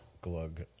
Glug